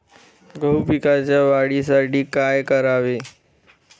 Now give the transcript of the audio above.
गहू पिकाच्या वाढीसाठी काय करावे?